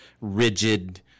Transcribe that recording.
rigid